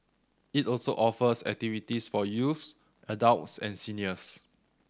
it also offers activities for youths adults and seniors